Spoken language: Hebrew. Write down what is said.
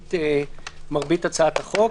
במרבית הצעת החוק.